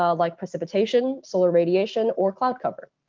um like precipitation, solar radiation, or cloud cover.